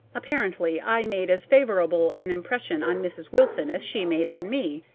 apparently i made as favorable an impression on mrs. wilson as she made on me.